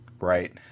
right